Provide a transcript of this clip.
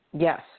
Yes